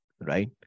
right